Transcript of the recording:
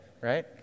right